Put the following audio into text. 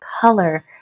Color